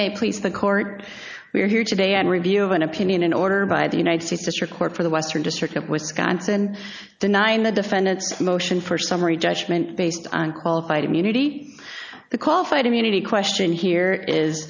may please the court we are here today and review of an opinion in order by the united states district court for the western district of wisconsin denying the defendants motion for summary judgment based on qualified immunity the qualified immunity question here is